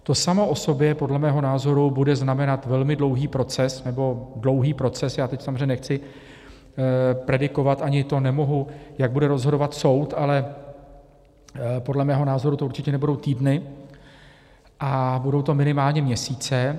To samo o sobě podle mého názoru bude znamenat velmi dlouhý proces, nebo dlouhý proces, já teď samozřejmě nechci predikovat a ani to nemohu, jak bude rozhodovat soud, ale podle mého názoru to určitě nebudou týdny a budou to minimálně měsíce.